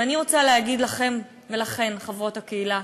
ואני רוצה להגיד לכם ולכן, חברות הקהילה: